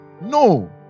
no